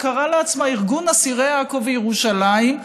ארגון שקרא לעצמו "ארגון אסירי עכו וירושלים".